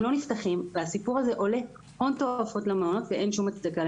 הם לא נפתחים והסיפור הזה עולה הון תועפות למעונות ואין שום הצדקה.